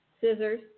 scissors